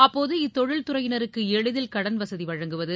அப்போது இத்தொழில் துறையினருக்கு எளிதில் கடன் வசதி வழங்குவது